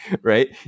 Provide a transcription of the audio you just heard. right